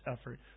effort